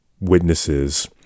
witnesses